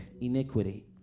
iniquity